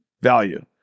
value